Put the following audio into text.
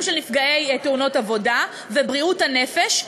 נפגעי תאונות עבודה ותחום בריאות הנפש,